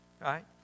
Right